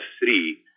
three